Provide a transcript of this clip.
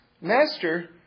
master